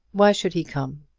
why should he come?